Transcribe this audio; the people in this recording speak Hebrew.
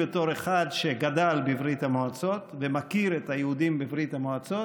בתור אחד שגדל בברית המועצות ומכיר את היהודים בברית המועצות,